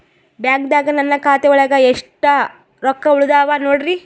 ಬ್ಯಾಂಕ್ದಾಗ ನನ್ ಖಾತೆ ಒಳಗೆ ಎಷ್ಟ್ ರೊಕ್ಕ ಉಳದಾವ ನೋಡ್ರಿ?